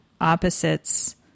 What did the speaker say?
opposites